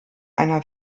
einer